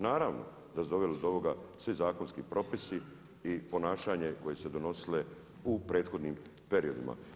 Naravno da su doveli do ovoga svi zakonski propisi i ponašanje koje se donosilo u prethodnim periodima.